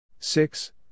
Six